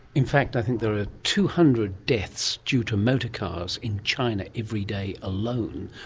in fact i think there are two hundred deaths due to motorcars in china every day alone,